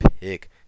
pick